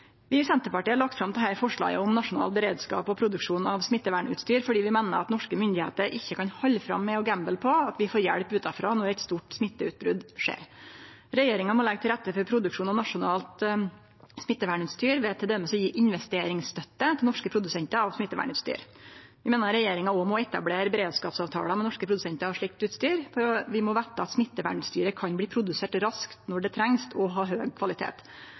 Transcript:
produksjon av smittevernutstyr fordi vi meiner at norske myndigheiter ikkje kan halde fram med å gamble på at vi får hjelp utanfrå når eit stort smitteutbrot skjer. Regjeringa må leggje til rette for produksjon av nasjonalt smittevernutstyr ved t.d. å gje investeringsstøtte til norske produsentar av smittevernutstyr. Vi meiner regjeringa òg må etablere beredskapsavtalar med norske produsentar av slikt utstyr, for vi må vite at smittevernutstyret kan bli produsert raskt når det trengst, og ha høg kvalitet.